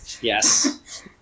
Yes